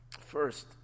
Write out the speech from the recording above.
first